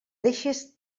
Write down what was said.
deixes